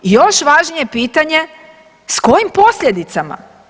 I još važnije pitanje s kojim posljedicama?